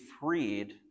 freed